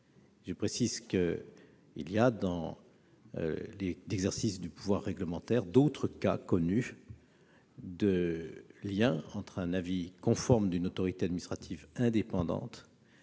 Je précise qu'on relève, dans l'exercice du pouvoir réglementaire, d'autres cas connus de lien entre l'avis conforme d'une autorité administrative indépendante